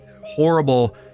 horrible